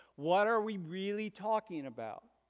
what are we really talking about,